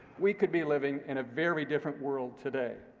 we could be living in a very different world today.